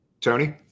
tony